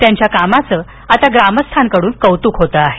त्यांच्या कामाचं आता ग्रामस्थांमधून कौत्क होतं आहे